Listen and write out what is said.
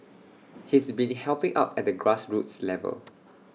he's been helping out at the grassroots level